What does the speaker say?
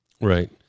Right